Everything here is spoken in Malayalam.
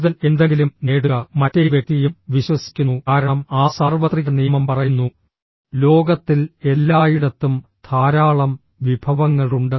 കൂടുതൽ എന്തെങ്കിലും നേടുക മറ്റേ വ്യക്തിയും വിശ്വസിക്കുന്നു കാരണം ആ സാർവത്രിക നിയമം പറയുന്നു ലോകത്തിൽ എല്ലായിടത്തും ധാരാളം വിഭവങ്ങളുണ്ട്